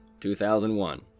2001